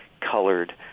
colored